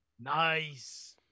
Nice